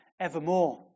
evermore